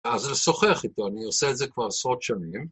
אז אני משוחח איתו, אני עושה את זה כבר עשרות שנים.